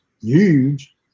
huge